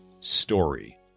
story